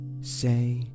say